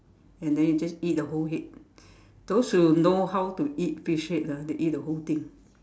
and then you just eat the whole head those who know how to eat fish head ah they eat the whole thing